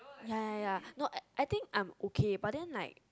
ya ya ya no I think I'm okay but that like